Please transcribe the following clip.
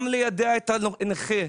גם ליידע את הנכה,